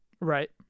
Right